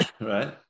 right